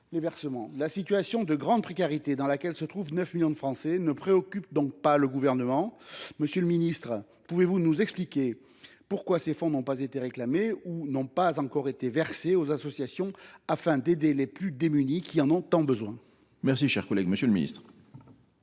les versements. La situation de grande précarité dans laquelle se trouvent 9 millions de Français ne préoccupe t elle pas le Gouvernement ? Monsieur le ministre, pouvez vous nous expliquer pourquoi ces fonds n’ont pas été réclamés ou n’ont pas encore été versés aux associations pour aider les plus démunis, eux qui en ont tant besoin ? La parole est à M. le ministre.